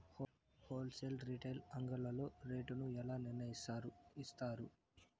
Whole sale retail అంగడ్లలో rate ను ఎలా నిర్ణయిస్తారు యిస్తారు?